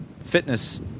fitness